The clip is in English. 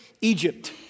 Egypt